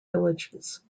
villages